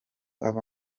ava